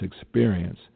experience